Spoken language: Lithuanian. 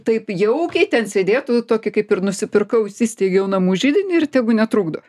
taip jaukiai ten sėdėtų tokį kaip ir nusipirkau įsisteigiau namų židinį ir tegu netrukdo